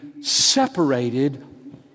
separated